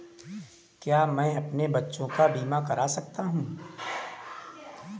क्या मैं अपने बच्चों का बीमा करा सकता हूँ?